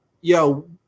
yo